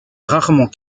rarement